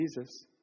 Jesus